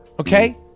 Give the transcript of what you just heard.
okay